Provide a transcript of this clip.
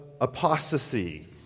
apostasy